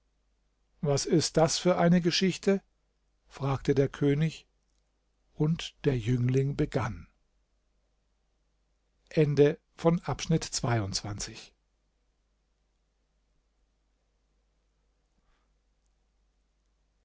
was ist das für eine geschichte fragte der könig und der jüngling begann